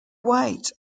white